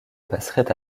passerait